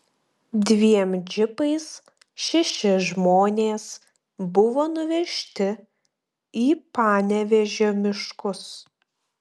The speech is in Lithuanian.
dviem džipais šeši žmonės buvo nuvežti į panevėžio miškus